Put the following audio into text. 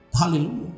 Hallelujah